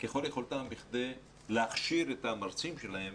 ככל יכולתם כדי להכשיר את המרצים שלהם